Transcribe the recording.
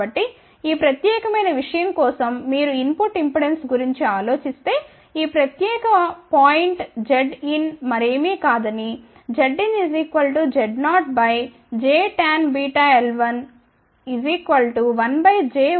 కాబట్టి ఈ ప్రత్యేకమైన విషయం కోసం మీరు ఇన్ పుట్ ఇంపెడెన్స్ గురించి ఆలోచిస్తే ఈ ప్రత్యేక పాయింట్ Zin మరేమి కాదు కానీ Z Z0jtanβ l11jωC1 అవుతుంది